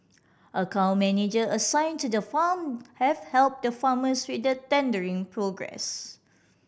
account manager assigned to the farm have helped the farmers with the tendering process